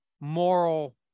moral